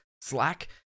slack